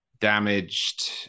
damaged